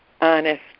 honest